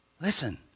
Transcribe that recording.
listen